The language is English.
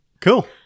Cool